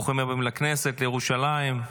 ברוכים הבאים לכנסת, לירושלים.